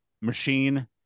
machine